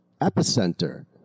epicenter